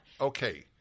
Okay